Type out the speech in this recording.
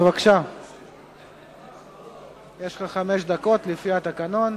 בבקשה, יש לך חמש דקות לפי התקנון.